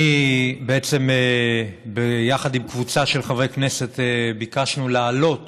אני, יחד עם קבוצה של חברי כנסת, ביקשנו להעלות